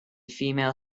female